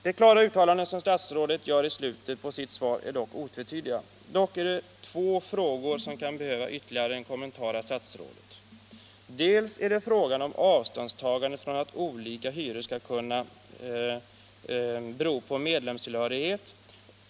De uttalanden som statsrådet gör i slutet av sitt svar är otvetydiga. Dock är det två frågor som kan behöva ytterligare en kommentar av statsrådet. För det första är det avståndstagandet från att olika hyror skall kunna bero på medlemstillhörighet.